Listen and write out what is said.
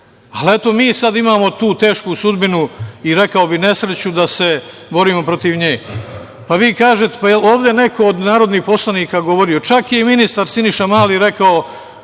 eto, mi sad imamo tu tešku sudbinu i, rekao bih, nesreću da se borimo protiv nje. Jel ovde neko od narodnih poslanika govorio, čak je i ministar Siniša Mali rekao